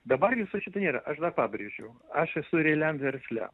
dabar viso šito nėra aš dar pabrėžiu aš esu realiam versle